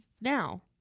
now